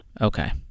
Okay